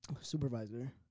supervisor